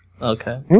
Okay